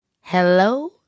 Hello